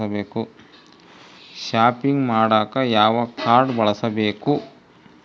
Shopping ಮಾಡಾಕ ಯಾವ card ಬಳಸಬೇಕು?